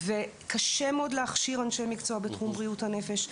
וקשה מאוד להכשיר אנשי מקצוע בתחום בריאות הנפש.